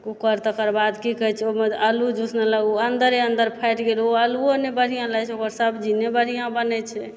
cooker तकरबाद की कहै छै ओहिमे आलू जे उसनलहुँ ओ अन्दरे अन्दर फाटि गेल ओ अलुओ नहि बढ़िआँ लगै छै ओकर सब्जी नहि बढ़िआँ बनै छै